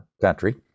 country